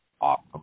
awesome